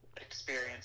experience